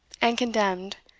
and condemned,